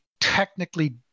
technically